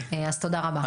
תודה רבה.